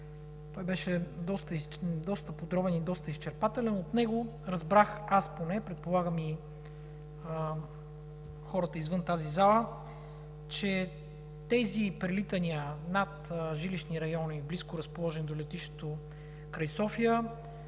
Той беше доста подробен и изчерпателен. От него разбрах, аз поне, предполагам и хората извън тази зала, че тези прелитания над жилищни райони, близко разположени до летището край София,